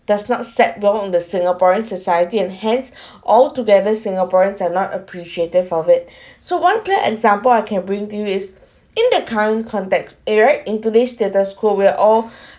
does not set wrong on the singaporean society and hence altogether singaporeans are not appreciative of it so one clear example I can bring to you is in the current context era into this status quo we're all